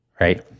right